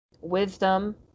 wisdom